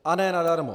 A ne nadarmo!